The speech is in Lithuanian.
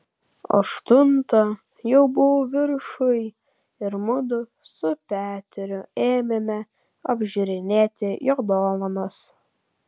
aštuntą jau buvau viršuj ir mudu su peteriu ėmėme apžiūrinėti jo dovanas